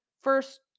first